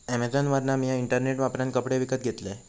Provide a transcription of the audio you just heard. अॅमेझॉनवरना मिया इंटरनेट वापरान कपडे विकत घेतलंय